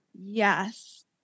Yes